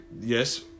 Yes